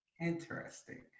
interesting